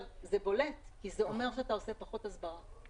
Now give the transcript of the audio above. זה בולט כי זה אומר שאתה עושה פחות הסברה.